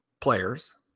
players